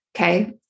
Okay